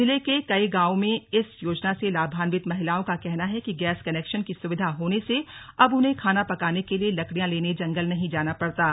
जिले के कई गांवों में इस योजना से लाभान्वित महिलाओं का कहना है कि गैस कनैक्शन की सुविधा होने से अब उन्हें खाना पकाने के लिए लकड़ियां लेने जंगल नहीं जाना पड़ता है